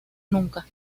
nunca